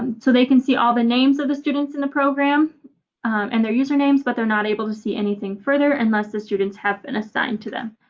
um so they can see all the names of the students in the program and their usernames but they're not able to see anything further and unless the students have been assigned to them.